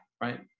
right